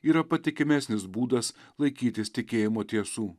yra patikimesnis būdas laikytis tikėjimo tiesų